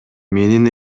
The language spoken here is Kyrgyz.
менин